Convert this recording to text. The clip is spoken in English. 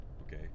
okay